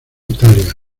italia